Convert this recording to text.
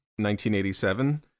1987